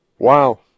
Wow